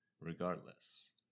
regardless